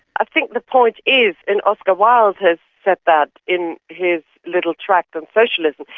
i think the point is, and oscar wilde has said that in his little tract on socialism,